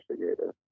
investigator